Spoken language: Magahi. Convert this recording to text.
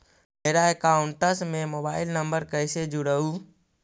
मेरा अकाउंटस में मोबाईल नम्बर कैसे जुड़उ?